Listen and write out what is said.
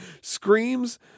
screams